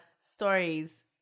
stories